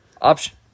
Option